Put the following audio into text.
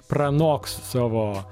pranoks savo